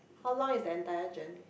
how long is the entire journey